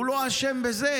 הוא לא אשם בזה